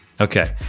Okay